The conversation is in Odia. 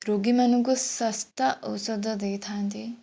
ରୋଗୀମାନଙ୍କୁ ଶସ୍ତା ଔଷଧ ଦେଇଥାନ୍ତି